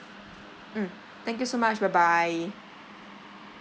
mm thank you so much bye bye